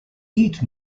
eat